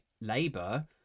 Labour